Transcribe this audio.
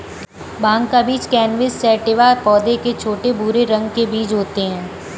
भाँग का बीज कैनबिस सैटिवा पौधे के छोटे, भूरे रंग के बीज होते है